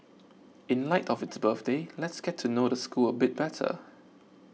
in light of its birthday let's get to know the school a bit better